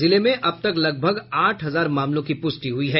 जिले में अब तक लगभग आठ हजार मामलों की पुष्टि हुई है